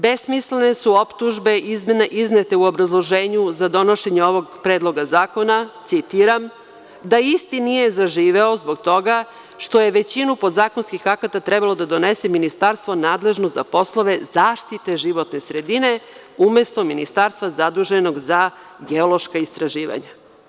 Besmislene su optužbe iznete u obrazloženju za donošenje ovog Predloga zakona, citiram – da isti nije zaživeo zbog toga što je većinu podzakonskih akata trebalo da donese ministarstvo nadležno za poslove zaštite životne sredine, umesto ministarstva zaduženog za geološka istraživanja.